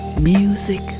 Music